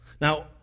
Now